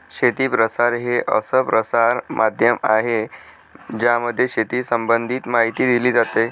शेती प्रसार हे असं प्रसार माध्यम आहे ज्यामध्ये शेती संबंधित माहिती दिली जाते